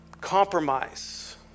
compromise